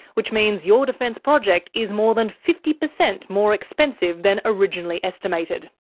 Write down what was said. which means your defence project is more than fifty percent more expensive than originally estimated.